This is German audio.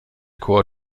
chor